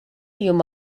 llum